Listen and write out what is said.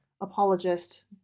apologist